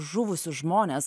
žuvusius žmones